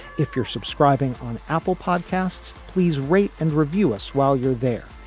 if you're subscribing on apple podcasts, please rate and review us while you're there.